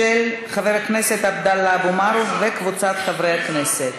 של חבר הכנסת עבדאללה אבו מערוף וקבוצת חברי הכנסת.